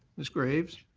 ms. graves.